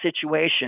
situation